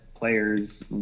players